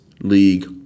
league